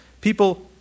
People